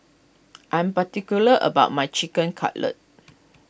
I'm particular about my Chicken Cutlet